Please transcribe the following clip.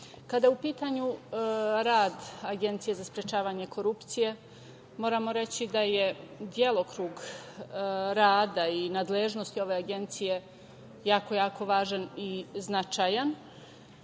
je u pitanju rad Agencije za sprečavanje korupcije, moramo reći da je delokrug rada i nadležnosti ove Agencije jako važan i značajan.